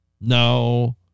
No